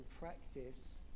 practice